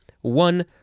one